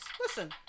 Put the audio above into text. Listen